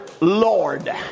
Lord